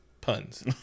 Puns